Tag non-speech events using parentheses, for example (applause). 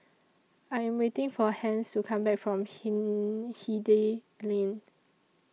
I Am waiting For Hans to Come Back from Hen (hesitation) Hindhede Lane